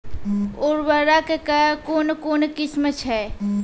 उर्वरक कऽ कून कून किस्म छै?